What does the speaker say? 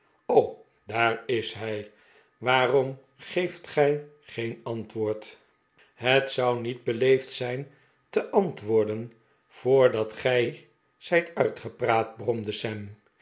o daar is hij waarom geeft gij geen antwoord het zou niet beleefd zijn te antwoorden voordat gij zijt uitgepraat bromde